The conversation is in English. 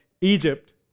Egypt